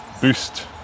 boost